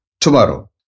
tomorrow